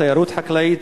תיירות חקלאית,